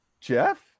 Jeff